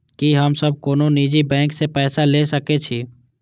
की हम सब कोनो निजी बैंक से पैसा ले सके छी?